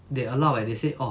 they allow leh they say orh